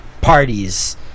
parties